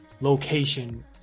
location